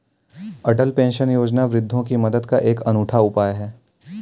अटल pension Yojana वृद्धों की मदद का एक अनूठा उपाय है